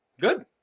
Good